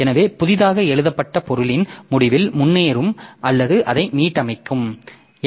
எனவே புதிதாக எழுதப்பட்ட பொருளின் முடிவில் முன்னேறும் அல்லது அதை மீட்டமைக்கலாம்